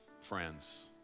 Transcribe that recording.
friends